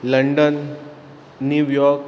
London New York